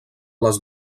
les